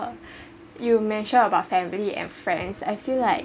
you mentioned about family and friends I feel like